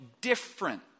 different